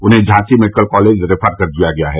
उन्हें Jhansi medical college refer कर दिया गया है